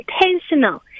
intentional